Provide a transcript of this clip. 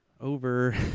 Over